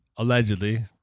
Allegedly